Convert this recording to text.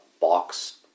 box